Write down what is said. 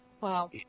Wow